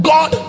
God